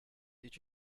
did